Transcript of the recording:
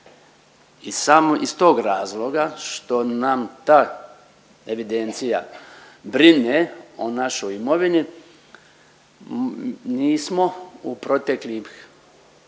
I samo iz tog razloga što nam ta evidencija brine o našoj imovini, nismo u proteklih,